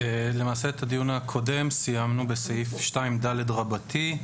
סיימנו את הדיון הקודם בסעיף 2ד רבתי.